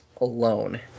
alone